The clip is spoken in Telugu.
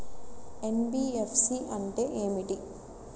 ఎన్.బీ.ఎఫ్.సి అంటే ఏమిటి?